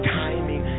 timing